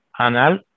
Anal